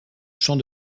champs